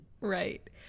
right